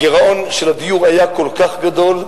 הגירעון של הדיור היה כל כך גדול,